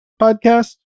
podcast